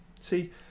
See